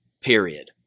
period